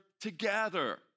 together